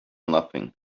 nothing